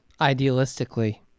idealistically